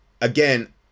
again